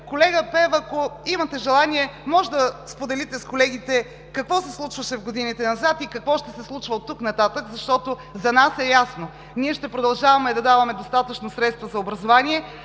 колега Пеева, ако имате желание, можете да споделите с колегите какво се случваше в годините назад и какво ще се случва оттук нататък, защото за нас е ясно – ние ще продължаваме да даваме достатъчно средства за образование,